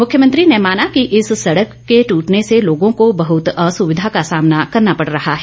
मुख्यमंत्री ने माना कि इस सड़क के ट्टने से लोगों को बहुत असुविधा का सामना करना पड़ रहा है